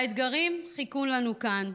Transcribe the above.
האתגרים חיכו לנו כאן.